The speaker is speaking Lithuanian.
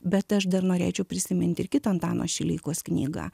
bet aš dar norėčiau prisimint ir kitą antano šileikos knygą